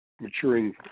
maturing